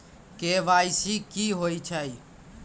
KYC कि होई छई?